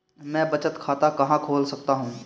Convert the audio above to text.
मैं बचत खाता कहां खोल सकता हूं?